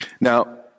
Now